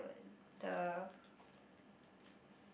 the